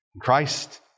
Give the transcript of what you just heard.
Christ